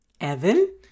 evan